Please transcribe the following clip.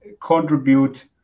contribute